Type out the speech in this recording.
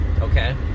Okay